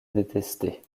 détester